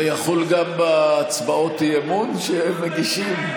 זה יחול גם בהצבעות אי-אמון שמגישים?